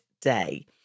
day